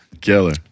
Killer